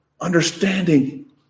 understanding